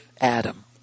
Adam